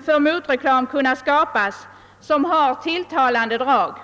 för motreklam kunna skapas som har tilltalande drag.